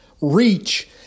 reach